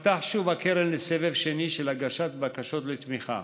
תיפתח שוב הקרן לסבב שני של הגשת בקשות לתמיכה.